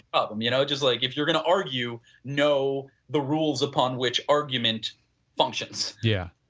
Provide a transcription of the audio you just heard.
um um you know it just like if you are going to argue know the rules upon which argument functions yeah,